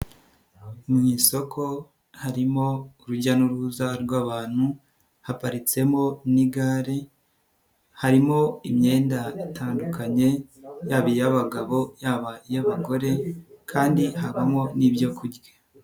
Mu isoko harimo urujya n'uruza rw'abantu haparitsemo n'igare, harimo imyenda itandukanye yaba iy'abagabo yaba iy'abagore kandi habamo n'ibyo kurya.